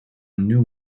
new